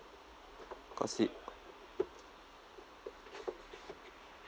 cause it